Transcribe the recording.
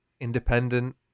independent